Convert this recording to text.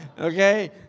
Okay